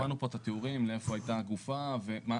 שמענו פה את התיאורים איפה הייתה הגופה ואיזו